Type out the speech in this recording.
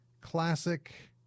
classic